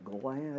Glad